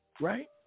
right